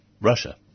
Russia